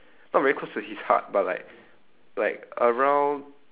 not very close to his heart but like like around